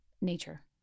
nature